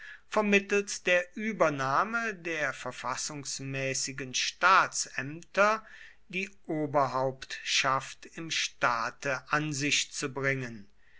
vermittels der übernahme der verfassungsmäßigen staatsämter die oberhauptschaft im staate an sich zu bringen